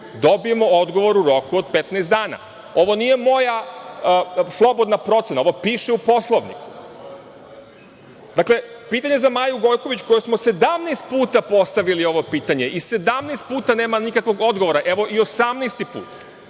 dobijemo odgovor u roku od 15 dana. Ovo nije moja slobodna procena, ovo piše u Poslovniku. Dakle, pitanje za Maju Gojković, kojoj smo 17 puta postavili ovo pitanje i 17 puta nema nikakvog odgovora, evo i 18. put,